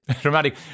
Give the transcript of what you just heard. dramatic